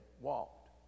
walked